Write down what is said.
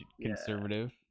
conservative